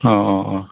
औ औ औ